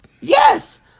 Yes